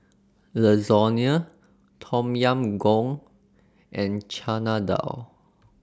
Lasagna Tom Yam Goong and Chana Dal